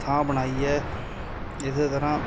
ਥਾਂ ਬਣਾਈ ਹੈ ਇਸੇ ਤਰ੍ਹਾਂ